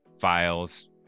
files